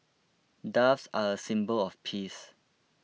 doves are a symbol of peace